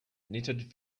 knitted